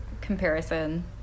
comparison